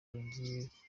karongi